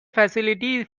facility